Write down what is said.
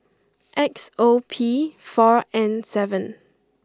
X O P four N seven